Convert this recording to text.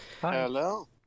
hello